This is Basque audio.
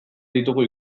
ditugu